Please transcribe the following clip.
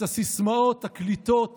את הסיסמאות הקליטות